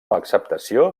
acceptació